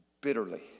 bitterly